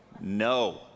No